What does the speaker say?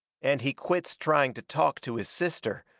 and he quits trying to talk to his sister,